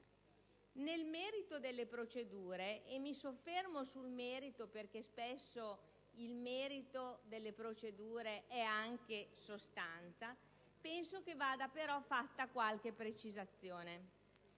Nel merito delle procedure - e mi soffermo sul merito, perché spesso esso è anche sostanza - penso che vada però fatta qualche precisazione.